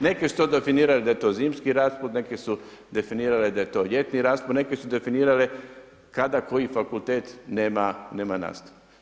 Neke su to definirale da je to zimski rad, neke su definirale da je to ljetni rad, neke su definirale kada koji fakultet nema nastavu.